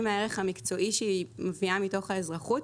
מהערך המקצועי שהיא מביאה מתוך האזרחות.